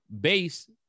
base